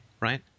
right